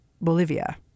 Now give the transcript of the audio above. Bolivia